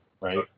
right